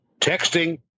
texting